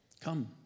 Come